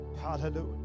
Hallelujah